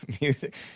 music